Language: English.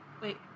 Wait